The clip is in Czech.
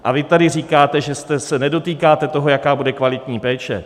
A vy tady říkáte, že se nedotýkáte toho, jak bude kvalitní péče.